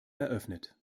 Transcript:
eröffnet